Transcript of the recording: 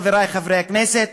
חברי חברי הכנסת,